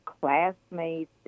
classmates